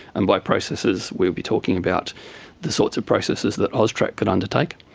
and by processes we'll be talking about the sorts of processes that austrac can undertake.